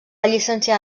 llicenciar